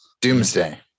doomsday